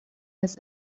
his